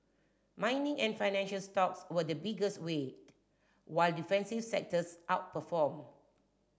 mining and financial stocks were the biggest weight while defensive sectors outperformed